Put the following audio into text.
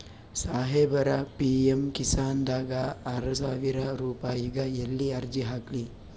ಸಾಹೇಬರ, ಪಿ.ಎಮ್ ಕಿಸಾನ್ ದಾಗ ಆರಸಾವಿರ ರುಪಾಯಿಗ ಎಲ್ಲಿ ಅರ್ಜಿ ಹಾಕ್ಲಿ?